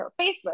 Facebook